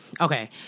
okay